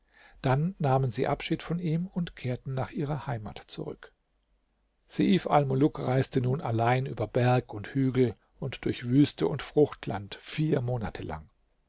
dann nahmen sie abschied von ihm und kehrten nach ihrer heimat zurück seif almuluk reiste nun allein über berg und hügel und durch die wüste und fruchtland vier monate lang